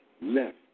left